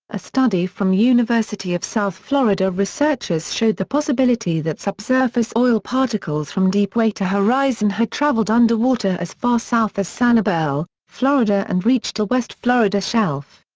a study from university of south florida researchers showed the possibility that subsurface oil particles from deepwater horizon had traveled underwater as far south as sanibel, florida and reached the west florida shelf.